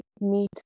meet